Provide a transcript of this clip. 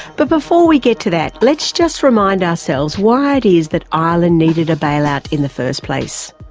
but before we get to that, let's just remind ourselves why it is that ireland needed a bailout in the first place.